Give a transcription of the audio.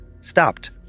stopped